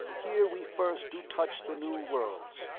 here we first do touch the new worlds.